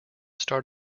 start